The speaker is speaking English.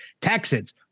Texans